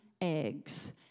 eggs